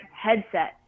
headset